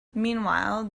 meanwhile